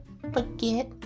forget